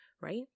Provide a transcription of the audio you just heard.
right